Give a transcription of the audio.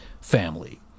family